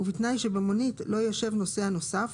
ובתנאי שבמונית לא ישב נוסע נוסף,